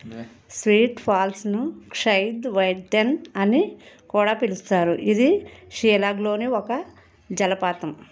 sweet ఫాల్స్ను క్షైద్ వైత్డెన్ అనే కూడా పిలుస్తారు ఇది షీలాగ్లోని ఒక జలపాతం